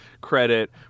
credit